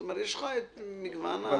זאת אומרת, יש לך את כל המגוון.